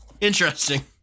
Interesting